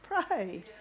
pray